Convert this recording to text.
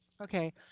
Okay